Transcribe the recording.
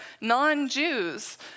non-Jews